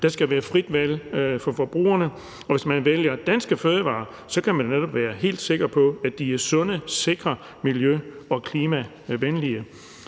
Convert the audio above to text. Der skal være frit valg for forbrugerne, og hvis man vælger danske fødevarer, kan man netop være helt sikker på, at de er sunde, sikre og miljø- og klimavenlige.